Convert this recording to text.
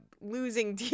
losing